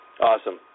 Awesome